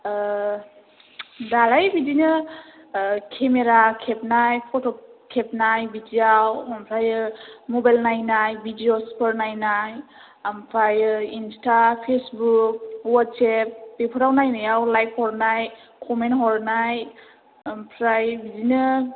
दालाय बिदिनो केमेरा खेबनाय फट' खेबनाय बिदियाव ओमफ्राय मबाइल नायनाय भिडिय'सफोर नायनाय ओमफ्राय इन्सटा फेसबुक अवाट्सएप बेफोराव नायनायाव लाइक हरनाय कमेन्ट हरनाय ओमफ्राय बिदिनो